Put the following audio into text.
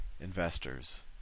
Investors